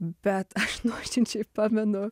bet aš nuoširdžiai pamenu